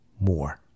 more